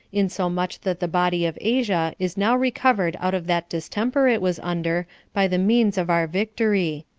insomuch that the body of asia is now recovered out of that distemper it was under by the means of our victory.